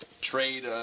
trade